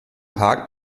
park